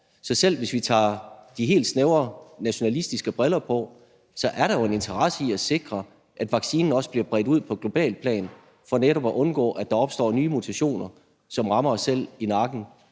Så selv hvis vi tager de helt snævre nationalistiske briller på, er der jo en interesse i at sikre, at vaccinen også bliver bredt ud på globalt plan for netop at undgå, at der opstår nye mutationer, som rammer os selv i nakken.